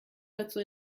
dazu